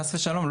חס ושלום.